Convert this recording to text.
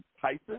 Tyson